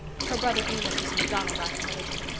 her brother amos was a macdonaldite in religion.